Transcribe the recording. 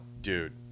Dude